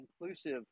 inclusive